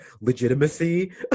legitimacy